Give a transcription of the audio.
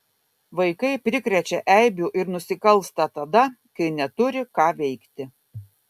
vaikai prikrečia eibių ir nusikalsta tada kai neturi ką veikti